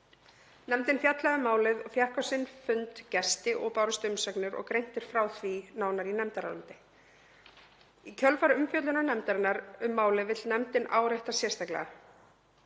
Nefndin fjallaði um málið og fékk á sinn fund gesti og bárust umsagnir og greint er frá því nánar í nefndaráliti. Í kjölfar umfjöllunar nefndarinnar um málið vill nefndin árétta sérstaklega: